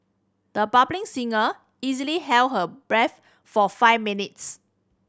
the bulbing singer easily held her breath for five minutes